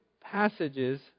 passages